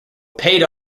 paid